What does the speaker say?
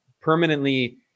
permanently